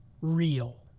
real